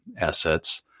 assets